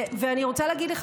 ואני רוצה להגיד, שקט, בבקשה.